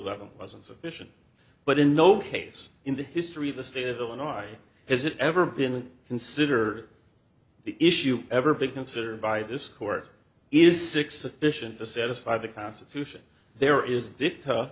level was insufficient but in no case in the history of the state of illinois has it ever been consider the issue ever be considered by this court is six sufficient to satisfy the constitution there is dicta